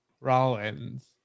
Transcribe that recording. Rollins